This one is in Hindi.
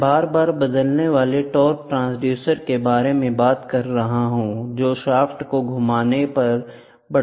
मैं बार बार बदलने वाले टॉर्क ट्रांसड्यूसर के बारे में बात कर रहा हूं जो शाफ्ट को घुमाने पर बढ़ते हैं